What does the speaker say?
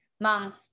Month